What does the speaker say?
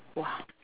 !wah!